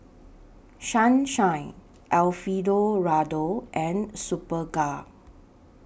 Sunshine Alfio Raldo and Superga